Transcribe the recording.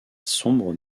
sombre